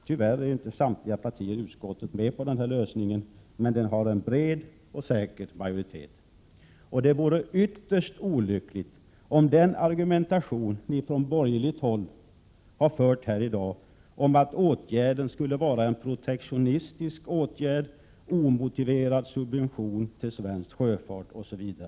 Tyvärr är inte samtliga partier i utskottet med på den här lösningen, men den har en bred och säker majoritet. Från borgerligt håll har sagts att åtgärden skulle vara protektionistisk, innebära en omotiverad subvention till svensk sjöfart, osv.